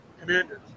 commanders